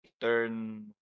turn